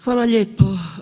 Hvala lijepo.